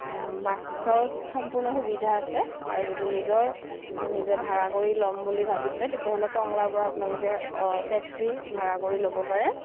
বাছৰ সম্পূৰ্ণ সুবিধা আছে আৰু যদি নিজৰ নিজে ভাড়া কৰি ল'ম বুলি ভাবিছে তেতিয়াহ'লে টংলাৰপৰা আপোনালোকে টেক্সি ভাড়া কৰি ল'ব পাৰে